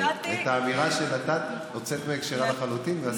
שאת האמירה שנתת הוצאת מהקשרה לחלוטין ועשית ממנה איזה פוסט.